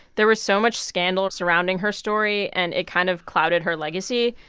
there was so much scandal surrounding her story and it kind of clouded her legacy.